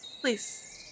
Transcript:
Please